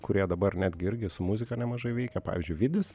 kurie dabar netgi irgi su muzika nemažai veikia pavyzdžiui vidis